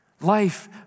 life